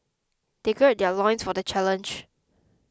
they gird their loins for the challenge